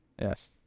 Yes